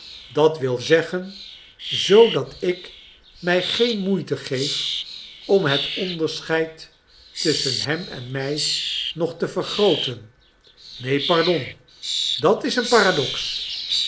d w z zoo dat ik mij geen moeite geef om het onderscheid tusschen hem en mij nog te vergrooten neen pardon dat is een paradox